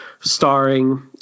starring